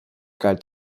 galt